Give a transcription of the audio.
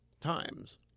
times